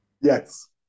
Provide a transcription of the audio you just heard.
Yes